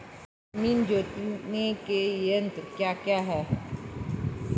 जमीन जोतने के यंत्र क्या क्या हैं?